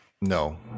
No